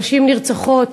נשים נרצחות